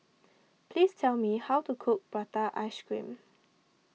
please tell me how to cook Prata Ice Cream